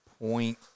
point